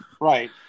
Right